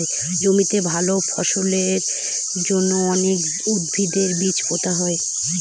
জমিতে ভালো ফলনের জন্য অনেক উদ্ভিদের বীজ পোতা হয়